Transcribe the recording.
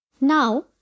Now